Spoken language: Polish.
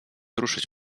ruszyć